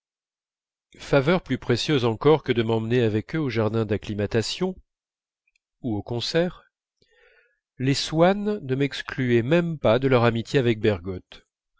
faveur plus précieuse encore que de m'emmener avec eux au jardin d'acclimatation ou au concert les swann ne m'excluaient même pas de leur amitié avec bergotte